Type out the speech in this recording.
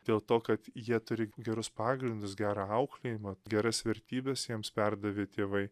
dėl to kad jie turi gerus pagrindus gerą auklėjimą geras vertybes jiems perdavė tėvai